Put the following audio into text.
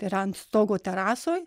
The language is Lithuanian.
tai yra ant stogo terasoj